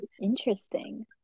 Interesting